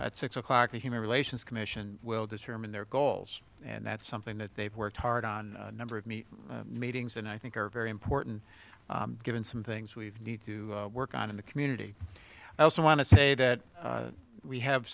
at six o'clock the human relations commission will determine their goals and that's something that they've worked hard on a number of meet meetings and i think are very important given some things we need to work on in the community i also want to say that we have